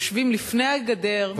יושבים לפני הגדר,